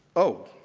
oh!